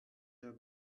der